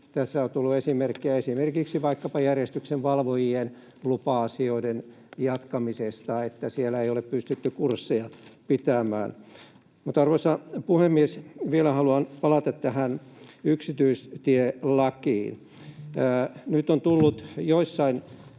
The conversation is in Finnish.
Tässä on tullut esimerkkejä vaikkapa järjestyksenvalvojien lupa-asioiden jatkamisesta, että siellä ei ole pystytty kursseja pitämään. Mutta, arvoisa puhemies, vielä haluan palata tähän yksityistielakiin. Nyt on tullut joissain